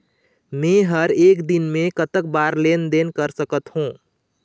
मे हर एक दिन मे कतक बार लेन देन कर सकत हों?